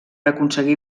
aconseguir